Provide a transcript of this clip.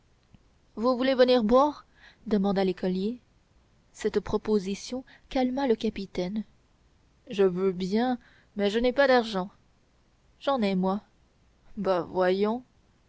tonnerre voulez-vous venir boire demanda l'écolier cette proposition calma le capitaine je veux bien mais je n'ai pas d'argent j'en ai moi bah voyons